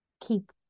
keep